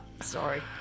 Sorry